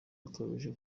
akabije